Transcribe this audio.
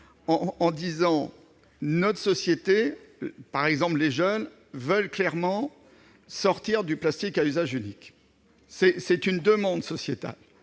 en affirmant que notre société, notamment les jeunes, veut clairement sortir du plastique à usage unique. C'est une demande sociétale.